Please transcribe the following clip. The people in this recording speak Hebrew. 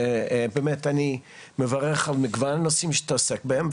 באמת אני מברך על מגוון הנושאים שאתה עוסק בהם.